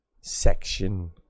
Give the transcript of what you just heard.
section